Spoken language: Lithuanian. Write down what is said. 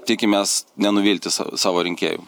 tikimės nenuvilti sa savo rinkėjų